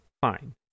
fine